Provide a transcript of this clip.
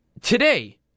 Today